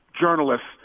journalists